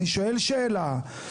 תלושים של עובדים זרים בחברות סיעוד,